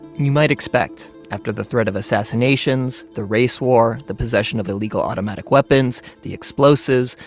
you might expect after the threat of assassinations, the race war, the possession of illegal automatic weapons, the explosives,